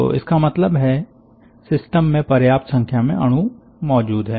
तो इसका मतलब है सिस्टम में पर्याप्त संख्या में अणु मौजूद हैं